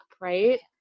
right